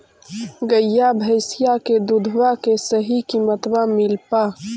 गईया भैसिया के दूधबा के सही किमतबा मिल पा?